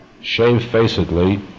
shamefacedly